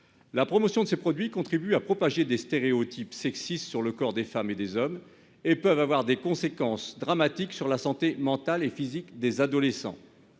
La promotion de ces produits contribue en effet à propager des stéréotypes sexistes sur le corps des femmes et des hommes et peut avoir des conséquences dramatiques sur la santé mentale et physique des adolescents.